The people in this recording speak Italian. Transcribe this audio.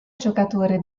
giocatore